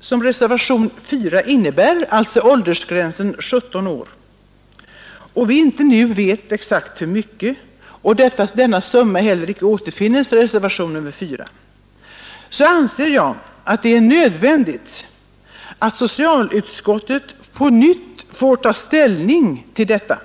som reservationen 4 innebär — åldersgränsen 17 år — och vi nu inte vet exakt hur mycket och summan ej heller återfinnes i reservationen 4, anser jag att det är nödvändigt att socialutskottet på nytt får ta ställning till detta.